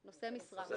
לא, נושא משרה.